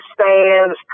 stands